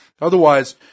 otherwise